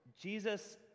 Jesus